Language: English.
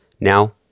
Now